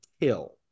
kill